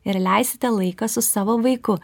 ir leisite laiką su savo vaiku